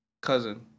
cousin